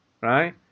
right